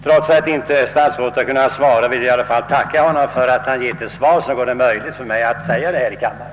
Trots att statsrådet inte har kunnat svara vill jag dock tacka honom för att han har lämnat ett svar, vilket gjort det möjligt för mig att framföra detta i kammaren.